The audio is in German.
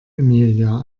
emilia